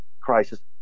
crisis